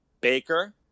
Baker